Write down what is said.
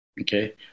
Okay